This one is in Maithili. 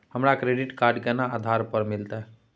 हमरा क्रेडिट कार्ड केना आधार पर मिलते?